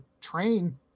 train